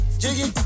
jiggy